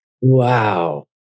Wow